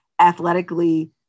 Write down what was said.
athletically